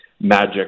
magic